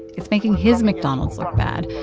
it's making his mcdonald's look bad.